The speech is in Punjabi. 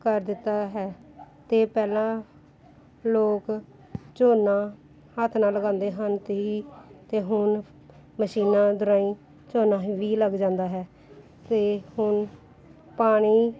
ਕਰ ਦਿੱਤਾ ਹੈ ਅਤੇ ਪਹਿਲਾਂ ਲੋਕ ਝੋਨਾ ਹੱਥ ਨਾਲ ਲਗਾਉਂਦੇ ਹਨ ਸੀ ਅਤੇ ਹੁਣ ਮਸ਼ੀਨਾਂ ਦੇ ਰਾਹੀਂ ਝੋਨਾ ਹੀ ਵੀ ਲੱਗ ਜਾਂਦਾ ਹੈ ਅਤੇ ਹੁਣ ਪਾਣੀ